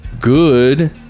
good